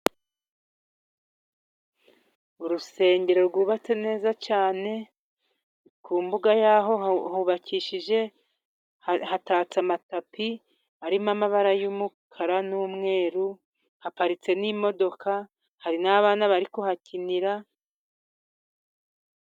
Urusengero rwubatse neza cyane, ku mbuga yaho hubakishije, hatatse amatapi arimo amabara y'umukara n'umweru, haparitse n'imodoka, hari n'abana bari kuhakinira.